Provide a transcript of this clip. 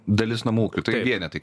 dalis namų ūkių tai vienetai